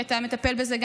כי גם אתה מטפל בזה.